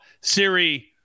Siri